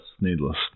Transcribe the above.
Needless